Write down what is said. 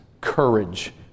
courage